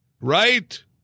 Right